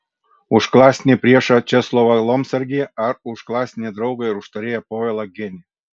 už klasinį priešą česlovą lomsargį ar už klasinį draugą ir užtarėją povilą genį